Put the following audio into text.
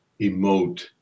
emote